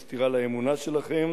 זו סטירה לאמונה שלכם.